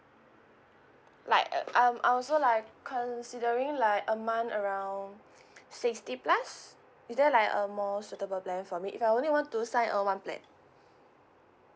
like uh I'm also like considering like a month around sixty plus is there like a more suitable plan for me if I only want to sign up one plan